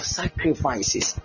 sacrifices